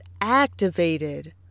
activated